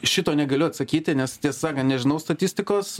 šito negaliu atsakyti nes tiesą sakant nežinau statistikos